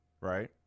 right